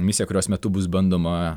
misija kurios metu bus bandoma